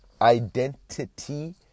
identity